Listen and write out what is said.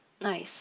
Nice